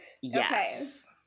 Yes